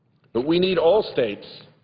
but we need all states